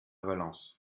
valence